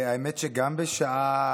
האמת היא שגם בשעה